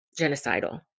genocidal